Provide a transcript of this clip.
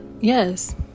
yes